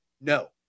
No